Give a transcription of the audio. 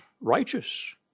righteous